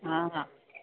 हा हा